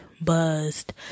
buzzed